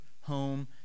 home